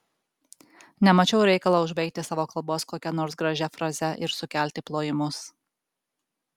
nemačiau reikalo užbaigti savo kalbos kokia nors gražia fraze ir sukelti plojimus